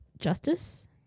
Justice